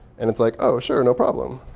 and it's like, oh sure, no problem.